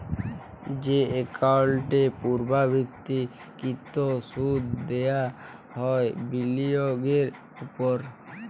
যে একাউল্টে পুর্লাবৃত্ত কৃত সুদ দিয়া হ্যয় বিলিয়গের উপর